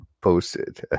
posted